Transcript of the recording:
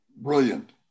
brilliant